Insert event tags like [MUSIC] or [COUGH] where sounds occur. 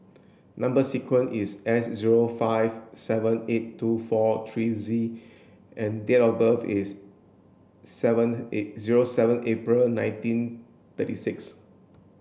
number sequence is S zero five seven eight two four three Z and date of birth is seven zero [UNINTELLIGIBLE] seven April nineteen thirty six